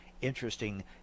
interesting